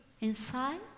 Inside